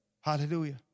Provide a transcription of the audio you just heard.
Hallelujah